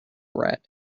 red